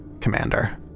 Commander